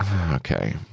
Okay